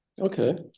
Okay